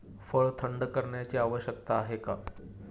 फळ थंड करण्याची आवश्यकता का आहे?